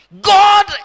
God